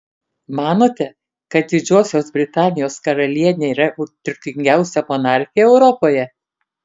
manote kad didžiosios britanijos karalienė yra turtingiausia monarchė europoje